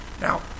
Now